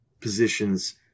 positions